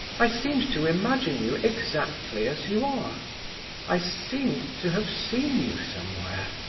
i seemed to imagine you exactly as you are i seemed to have seen you somewhere.